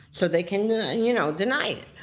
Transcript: so they can you know deny it.